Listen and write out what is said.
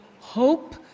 hope